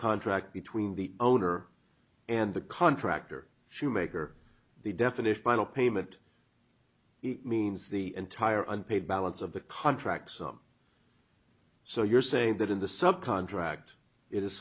contract between the owner and the contractor shoemaker the definition final payment means the entire unpaid balance of the contract sum so you're saying that in the sub contract i